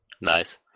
Nice